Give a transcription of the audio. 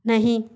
नहीं